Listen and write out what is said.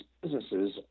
businesses